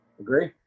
Agree